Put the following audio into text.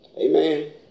Amen